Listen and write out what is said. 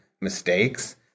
mistakes